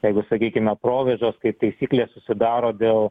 jeigu sakykime provėžos kaip taisyklė susidaro dėl